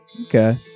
Okay